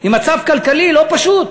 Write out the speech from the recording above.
עם מצב כלכלי לא פשוט,